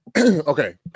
Okay